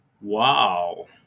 Wow